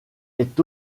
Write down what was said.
est